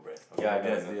ya I know I know